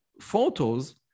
photos